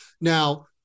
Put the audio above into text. Now